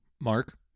Mark